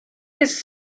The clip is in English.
his